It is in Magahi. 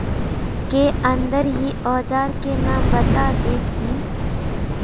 के अंदर ही औजार के नाम बता देतहिन?